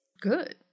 good